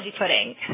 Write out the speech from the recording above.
pudding